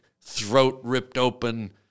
throat-ripped-open